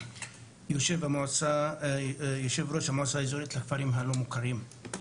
יושב ראש המועצה האזורים לכפרים הלא מוכרים.